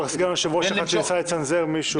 סגן יושב-ראש אחד שניסה לצנזר מישהו.